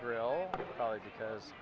grille because